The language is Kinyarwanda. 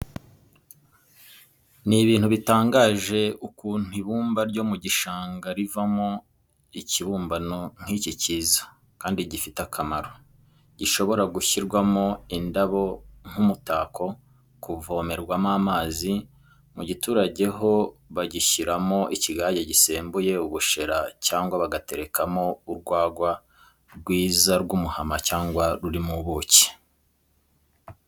Ni ibintu bitangaje ukuntu ibumba ryo mu gishanga rivamo ikibumbano nk'icyi cyiza kandi gifite akamaro, gishobora gushyirwamo indabo nk'umutako, kuvomerwamo amazi, mu giturage ho bashigishiramo ikigage gisembuye, ubushera cyangwa bagaterekamo urwagwa rwiza rw'umuhama cyangwa rurimo ubuki.